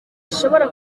ashobora